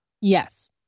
Yes